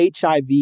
HIV